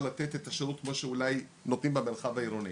לתת את השירות כמו שאולי נותנים במרחב העירוני,